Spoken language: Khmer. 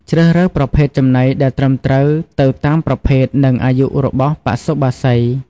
ជ្រើសរើសប្រភេទចំណីដែលត្រឹមត្រូវទៅតាមប្រភេទ និងអាយុរបស់បសុបក្សី។